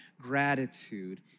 gratitude